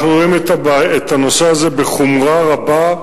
אנחנו רואים את הנושא הזה בחומרה רבה,